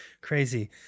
crazy